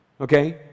okay